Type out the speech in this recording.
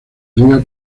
liga